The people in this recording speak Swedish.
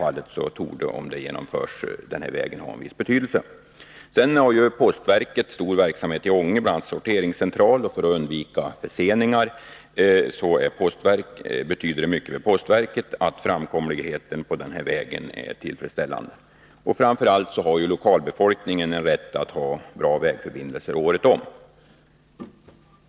Om dessa planer genomförs, torde vägen ha en viss betydelse även i det avseendet. Dessutom har postverket en stor verksamhet i Ånge, bl.a. i en sorteringscentral. När det gäller att undvika förseningar betyder det mycket för postverket att framkomligheten på den här vägen är tillfredsställande. Framför allt har lokalbefolkningen rätt att ha bra vägförbindelser året om.